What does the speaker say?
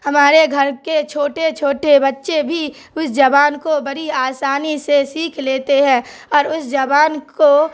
ہمارے گھر کے چھوٹے چھوٹے بچے بھی اس زبان کو بڑی آسانی سے سیکھ لیتے ہیں اور اس زبان کو